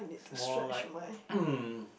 is more like